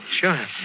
sure